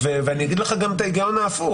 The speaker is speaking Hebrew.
ואני אגיד לך גם את ההיגיון ההפוך,